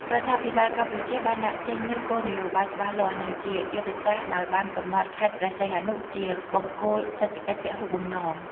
រដ្ឋាភិបាលកម្ពុជាបានដាក់ចេញនូវ គោលនយោបាយច្បាស់លាស់ និងជាយុទ្ធសាស្ត្រ ដោយបានកំណត់ ខេត្តព្រះសីហនុជា បង្គោលសេដ្ឋកិច្ចពហុបំណង។